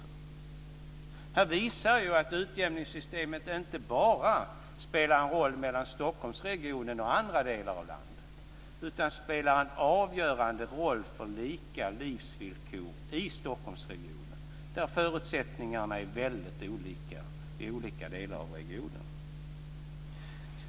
Det här visar ju att utjämningssystemet inte bara spelar en roll mellan Stockholmsregionen och andra delar av landet, utan det spelar en avgörande roll för lika livsvillkor i Stockholmsregionen, där förutsättningarna är väldigt olika i olika delar av regionen.